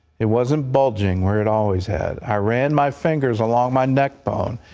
it wasn't bulging where it always had. i ran my fingers along my neck bone,